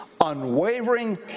unwavering